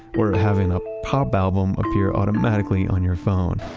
or having a pop album appear automatically on your phone.